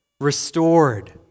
restored